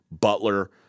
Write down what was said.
Butler